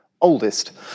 oldest